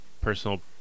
personal